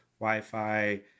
Wi-Fi